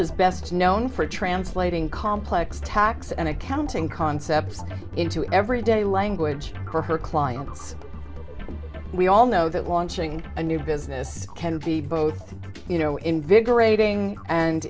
is best known for translating complex tax and accounting concepts into everyday language for her clients we all know that launching a new business can be both you know invigorating and